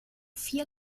vier